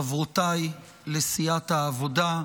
חברותיי לסיעת העבודה,